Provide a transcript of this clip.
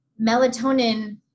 melatonin